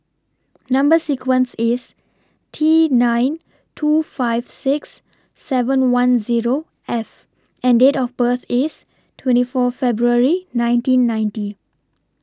Number sequence IS T nine two five six seven one Zero F and Date of birth IS twenty four February nineteen ninety